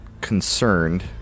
concerned